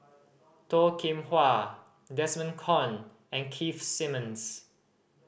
Toh Kim Hwa Desmond Kon and Keith Simmons